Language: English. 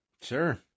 Sure